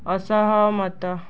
ଅସହମତ